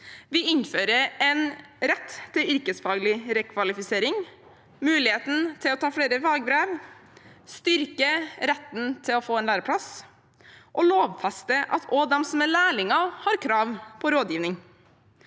Vi innfører en rett til yrkesfaglig rekvalifisering og mulighet til å ta flere fagbrev, styrker retten til å få en læreplass og lovfester at også de som er lærlinger, har krav på rådgivning.